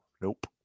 Nope